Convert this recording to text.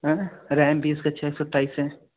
हं RAM भी इसका छ एक सौ अट्ठाईस है